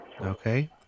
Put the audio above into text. Okay